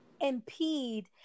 impede